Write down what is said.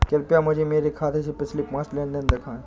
कृपया मुझे मेरे खाते से पिछले पांच लेन देन दिखाएं